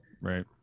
right